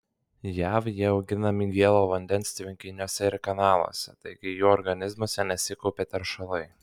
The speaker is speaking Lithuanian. jav jie auginami gėlo vandens tvenkiniuose ir kanaluose taigi jų organizmuose nesikaupia teršalai